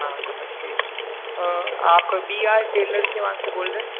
हाँ नमस्ते आप बी आइ टेलर के वहाँ से बोल रहे हैं